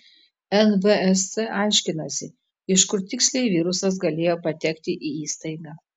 nvsc aiškinasi iš kur tiksliai virusas galėjo patekti į įstaigą